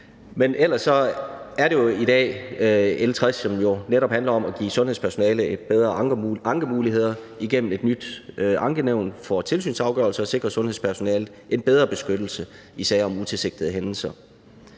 Ellers er det jo i dag L 60, som netop handler om at give sundhedspersonale bedre ankemuligheder igennem et nyt ankenævn for tilsynsafgørelser og sikre sundhedspersonalet en bedre beskyttelse i sager om utilsigtede hændelser.